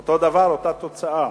אותו דבר, אותה תוצאה.